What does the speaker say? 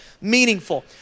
meaningful